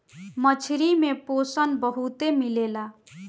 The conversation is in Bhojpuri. मछरी में पोषक बहुते मिलेला